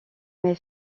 met